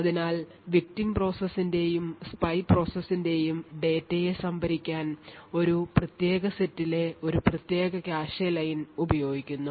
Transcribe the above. അതിനാൽ victim പ്രോസസ്സിന്റെയും spy പ്രോസസ്സിന്റെയും ഡാറ്റയെ സംഭരിക്കാൻ ഒരു പ്രത്യേക സെറ്റിലെ ഒരു പ്രത്യേക കാഷെ ലൈൻ ഉപയോഗിക്കുന്നു